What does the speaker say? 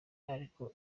ariko